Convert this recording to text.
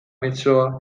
mezzoa